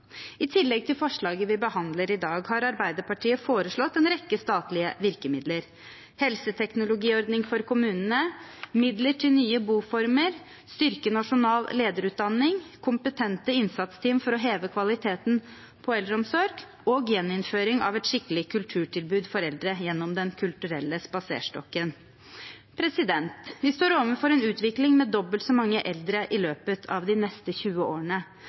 I tillegg til forslaget vi behandler i dag, har Arbeiderpartiet foreslått en rekke statlige virkemidler: helseteknologiordning for kommunene, midler til nye boformer, styrking av nasjonal lederutdanning, kompetente innsatsteam for å heve kvaliteten på eldreomsorgen og gjeninnføring av et skikkelig kulturtilbud for eldre gjennom Den kulturelle spaserstokken. Vi står overfor en utvikling med dobbelt så mange eldre i løpet av de neste 20 årene.